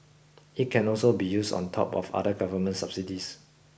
it can also be used on top of other government subsidies